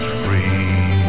free